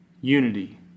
unity